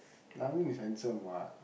Naveen is handsome what